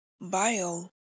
bio